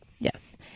Yes